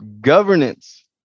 governance